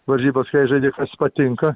varžybas jei žaidi kas patinka